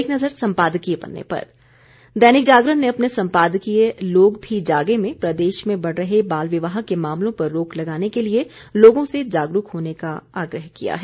एक नज़र सम्पादकीय पन्ने पर दैनिक जागरण ने अपने सम्पादकीय लोग भी जागें में प्रदेश में बढ़ रहे बाल विवाह के मामलों पर रोक लगाने के लिए लोगों से जागरूक होने का आग्रह किया है